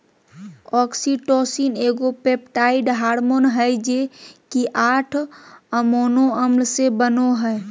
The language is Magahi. ऑक्सीटोसिन एगो पेप्टाइड हार्मोन हइ जे कि आठ अमोनो अम्ल से बनो हइ